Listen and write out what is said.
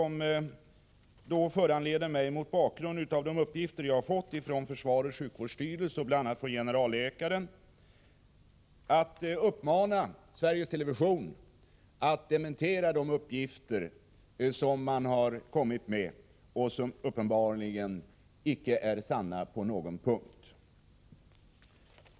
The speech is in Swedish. Med tanke på den information som jag fått från försvarets sjukvårdsstyrelse — bl.a. från generalläkaren — känner jag mig föranlåten att uppmana Sveriges TV att dementera TV:s uppgifter, som uppenbarligen inte är sanna på någon punkt.